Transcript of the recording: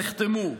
נחתמו,